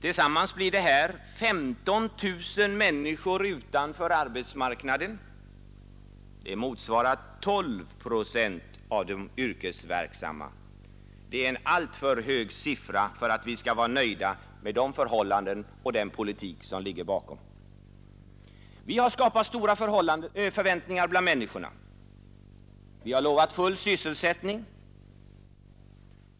Sammanlagt står alltså 15 000 människor utanför arbetsmarknaden. Det motsvarar 12 procent av de yrkesverksamma, en alltför hög siffra för att man skall vara nöjd med de förhållanden som råder och den politik som ligger bakom dem. Vi har skapat stora förväntningar bland människorna. Vi har lovat full sysselsättning.